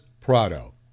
Prado